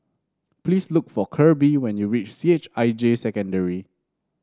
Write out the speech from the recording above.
please look for Kirby when you reach C H I J Secondary